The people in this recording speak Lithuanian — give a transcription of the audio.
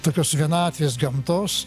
tokios vienatvės gamtos